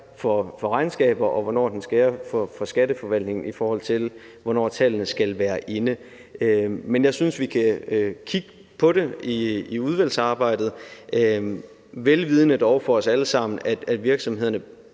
for regnskaber, og hvornår det skærer for skatteforvaltningen, i forhold til hvornår tallene skal være inde. Men jeg synes, vi kan kigge på det i udvalgsarbejdet – vel vidende dog for os alle sammen, at virksomhederne